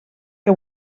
que